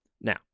Now